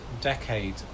decade